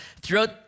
throughout